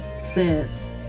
says